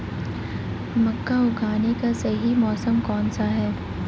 मक्का उगाने का सही मौसम कौनसा है?